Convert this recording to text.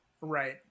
Right